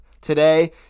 today